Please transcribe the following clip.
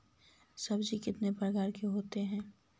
सब्जी कितने प्रकार के होते है?